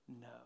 no